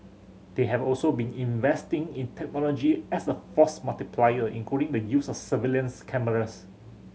they have also been investing in technology as a force multiplier including the use of surveillance cameras